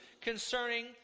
concerning